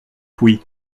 oui